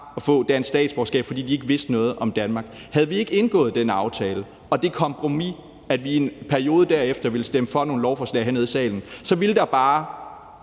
at få dansk statsborgerskab, fordi de ikke vidste noget om Danmark. Havde vi ikke indgået den aftale og det kompromis, at vi i en periode derefter ville stemme for nogle lovforslag hernede i salen, så ville der